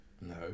no